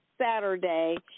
Saturday